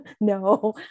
No